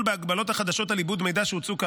בהגבלות החדשות על עיבוד מידע שהוצעו כאמור,